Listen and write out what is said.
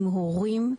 עם הורים,